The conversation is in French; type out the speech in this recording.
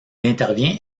intervient